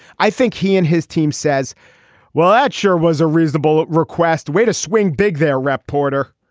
i think he and his team says well that sure was a reasonable request way to swing big there rep. porter.